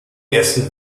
ersten